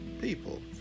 people